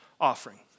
offering